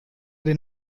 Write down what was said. den